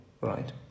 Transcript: right